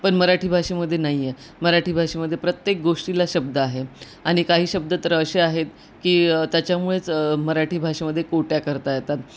पण मराठी भाषेमध्ये नाही आहे मराठी भाषेमध्ये प्रत्येक गोष्टीला शब्द आहे आणि काही शब्द तर असे आहेत की त्याच्यामुळेच मराठी भाषेमध्ये कोट्या करता येतात